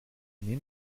nehmen